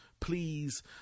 Please